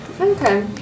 Okay